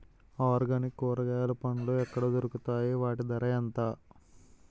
Organic కూరగాయలు పండ్లు ఎక్కడ దొరుకుతాయి? వాటి ధర ఎంత?